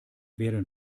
werden